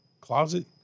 closet